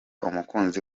umukunzi